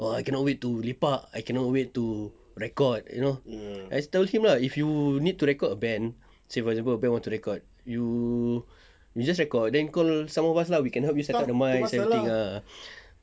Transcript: ah I cannot wait to lepak I cannot wait to record you know I told him lah if you need to record a band say for example band want to record you just record then call some of us lah we can help you set up the mic setting ah